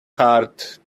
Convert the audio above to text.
heart